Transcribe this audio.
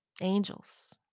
Angels